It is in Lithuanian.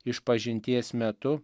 išpažinties metu